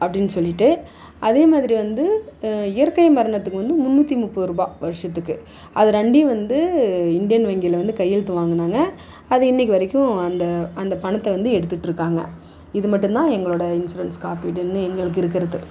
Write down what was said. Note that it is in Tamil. அப்படின்னு சொல்லிவிட்டு அதே மாதிரி வந்து இயற்கை மரணத்துக்கு வந்து முன்னூற்றி முப்பது ரூபாய் வருஷத்துக்கு அது ரெண்டும் வந்து இந்தியன் வங்கியில் வந்து கையெழுத்து வாங்கினாங்க அது இன்னிக்கு வரைக்கும் அந்த அந்த பணத்தை வந்து எடுத்துட்டிருக்காங்க இது மட்டும் தான் எங்களோட இன்சூரன்ஸ் காப்பீடுன்னு எங்களுக்கு இருக்கிறது